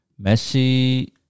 Messi